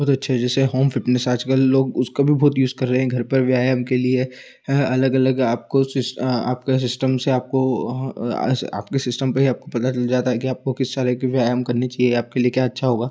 बहुत अच्छे है जैसे होम फ़िटनेस आजकल लोग उसका भी बहुत यूज़ कर रहे हैं घर पर व्यायाम के लिए अलग अलग आपको आपका सिस्टम से आपको आपके सिस्टम पर ही आपको पता चल जाता है कि आपको किस तरह के व्यायाम करने चाहिए आपके लिए क्या अच्छा होगा